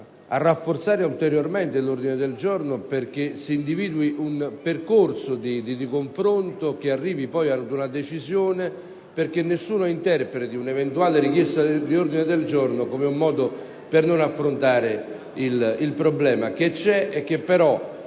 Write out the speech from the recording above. a rafforzare ulteriormente l'ordine del giorno. Si deve infatti individuare un percorso di confronto che arrivi poi ad una decisione, perché nessuno interpreti un'eventuale richiesta di ordine del giorno come un modo per non affrontare il problema, che c'è e che credo